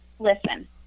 Listen